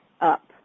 up